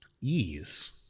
ease